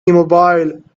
immobile